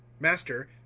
master,